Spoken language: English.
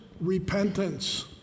repentance